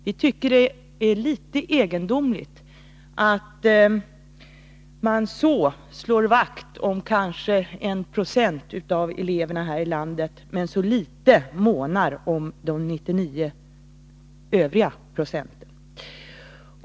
Vi tycker att det är litet egendomligt att mani så hög grad slår vakt om kanske 1 26 av eleverna här i landet men så litet månar om de 99 övriga procenten.